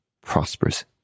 prosperous